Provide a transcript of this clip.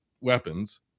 weapons